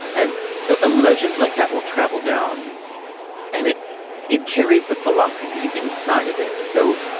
and, so, a legend like that will travel down and it it carries the philosophy inside of it. so,